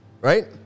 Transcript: right